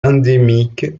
endémique